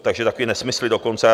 Takže takový nesmysly dokonce.